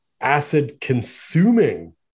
acid-consuming